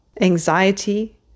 anxiety